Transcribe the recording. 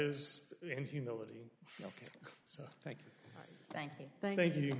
is in humility so thank you thank you thank you